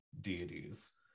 deities